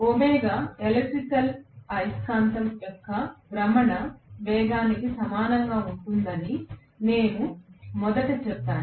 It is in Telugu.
ω ఎలక్ట్రికల్ అయస్కాంత క్షేత్రం యొక్క భ్రమణ వేగానికి సమానంగా ఉంటుందని నేను మొదట చెప్పాను